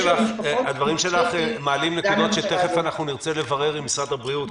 הדברים שלך מעלים נקודות שתיכף נרצה לברר עם משרד הבריאות.